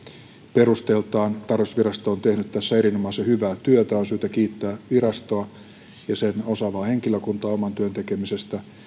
perusteiltaan tarkastusvirasto on tehnyt tässä erinomaisen hyvää työtä on syytä kiittää virastoa ja sen osaavaa henkilökuntaa oman työn tekemisestä